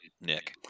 Nick